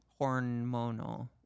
Hormonal